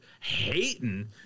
hating